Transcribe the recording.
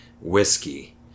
whiskey